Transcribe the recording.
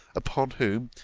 upon whom,